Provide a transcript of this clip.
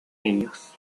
ellos